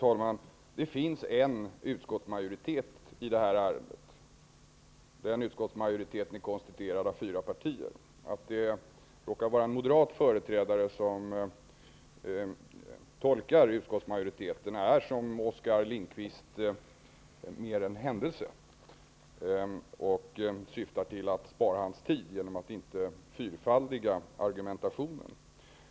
Herr talman! Det finns en utskottsmajoritet i det här ärendet. Den utskottsmajoriteten är konstituerad av fyra partier. Att det råkar vara en moderat företrädare som tolkar utskottsmajoriteten är, Oskar Lindkvist, mera en händelse och syftar till att spara hans tid genom att argumentationen inte fyrfaldigas.